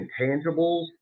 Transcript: intangibles